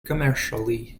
commercially